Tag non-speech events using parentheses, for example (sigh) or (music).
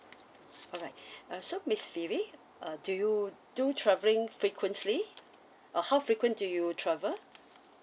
alright (breath) uh so miss phoebe uh do you do travelling frequently uh how frequent do you travel